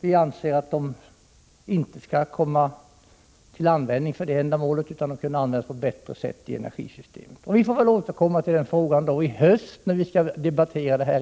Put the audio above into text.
Vi anser att de inte skall komma till användning för detta ändamål, utan de kunde användas på ett bättre sätt i energisystemet. Vi får väl återkomma till denna fråga i höst då vi skall debattera den igen.